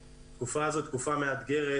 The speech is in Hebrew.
התקופה הזו היא תקופה מאתגרת,